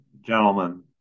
gentlemen